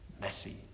messy